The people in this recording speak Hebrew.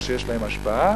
כמה שיש להם השפעה,